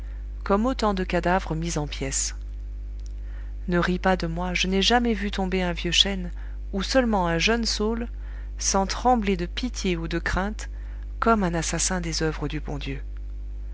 comme autant de cadavres mis en pièces ne ris pas de moi je n'ai jamais vu tomber un vieux chêne ou seulement un jeune saule sans trembler de pitié ou de crainte comme un assassin des oeuvres du bon dieu